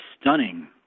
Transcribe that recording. stunning